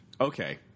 okay